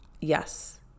yes